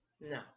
No